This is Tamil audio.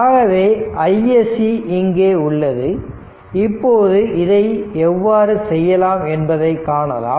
ஆகவே iSC இங்கே உள்ளது இப்போது இதை எவ்வாறு செய்யலாம் என்பதை காணலாம்